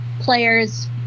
players